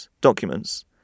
documents